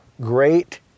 great